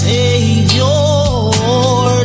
Savior